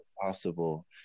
possible